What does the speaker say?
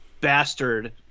bastard